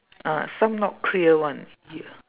ah some not clear one ya